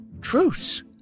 Truce